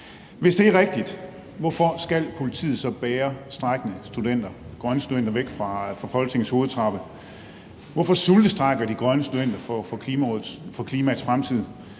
Hvis det er rigtigt, hvorfor skal politiet så bære strejkende studenter, grønne studenter, væk fra Folketingets hovedtrappe? Hvorfor sultestrejker de grønne studenter for klimaets fremtid?